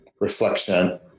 reflection